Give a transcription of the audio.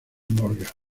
morgan